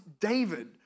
David